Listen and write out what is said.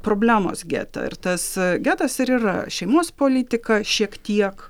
problemos gete ir tas getas ir yra šeimos politika šiek tiek